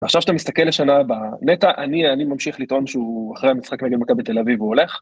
ועכשיו שאתה מסתכל לשנה הבאה, נטע, אני העני ממשיך לטעון שהוא אחרי המשחק מגלמקה בתל אביב הוא הולך.